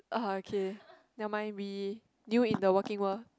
ah okay never mind we new in the working world